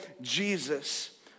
Jesus